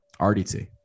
rdt